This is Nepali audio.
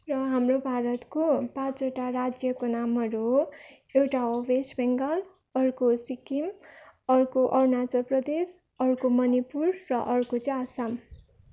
र हाम्रो भारतको पाँचवटा राज्यको नामहरू हो एउटा हो वेस्ट बेङ्गाल अर्को हो सिक्किम अर्को अरुणाचल प्रदेश अर्को मणिपुर र अर्को चाहिँ आसाम